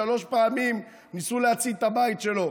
שלוש פעמים ניסו להצית את הבית שלו.